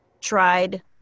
tried